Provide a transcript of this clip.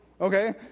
okay